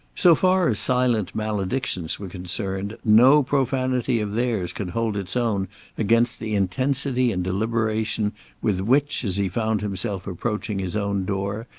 so far as silent maledictions were concerned, no profanity of theirs could hold its own against the intensity and deliberation with which, as he found himself approaching his own door,